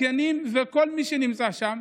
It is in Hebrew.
זקנים וכל מי שנמצא שם,